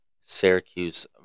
Syracuse